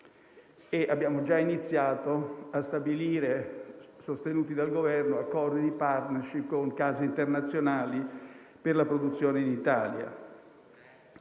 abbiamo già iniziato a stabilire, sostenuti dal Governo, accordi di *partnership* con case internazionali per la produzione in Italia.